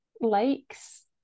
lakes